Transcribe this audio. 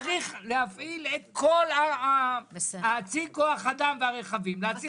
צריך להפעיל את כל צי כוח האדם והרכבים להציל חיים.